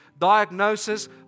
diagnosis